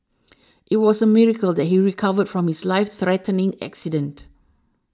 it was a miracle that he recovered from his life threatening accident